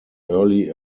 early